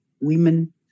women